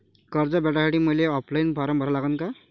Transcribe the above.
कर्ज भेटासाठी मले ऑफलाईन फारम भरा लागन का?